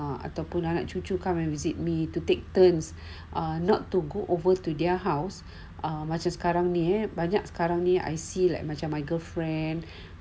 ah ataupun nanti cuti come and visit me to take turns are not to go over to their house a macam sekarang ni eh banyak karang ni I see like macam my girlfriends